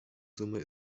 summe